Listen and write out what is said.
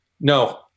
No